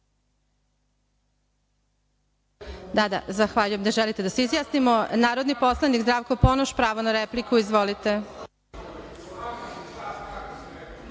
Da, da, zahvaljujem, da želite da se izjasnimo. Narodni poslanik Zdravko Ponoš, pravo na repliku. Izvolite.